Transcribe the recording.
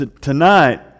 tonight